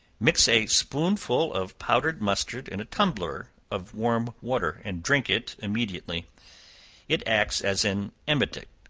mix a spoonful of powdered mustard in a tumbler of warm water, and drink it immediately it acts as an emetic,